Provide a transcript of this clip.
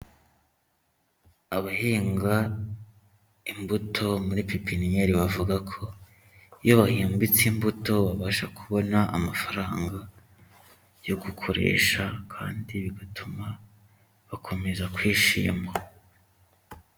Abahinga imbuto muri pipinyeri bavuga ko, iyo bahumbitse imbuto babasha kubona amafaranga yo gukoresha kandi bigatuma bakomeza kwishima.